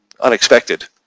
unexpected